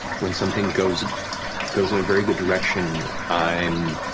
when something goes goes in a very good direction i'm